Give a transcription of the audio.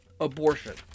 abortion